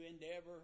endeavor